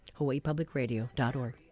hawaiipublicradio.org